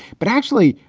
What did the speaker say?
but actually,